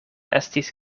estis